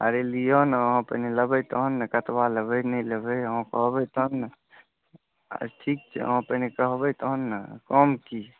अरे लिअ ने अहाँ पहिने लेबै तहन ने कतबा लेबै नहि लेबै अहाँ कहबै तब ने ठीक छै अहाँ पहिने कहबै तहन ने कम की